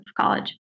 college